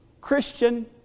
Christian